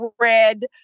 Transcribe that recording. red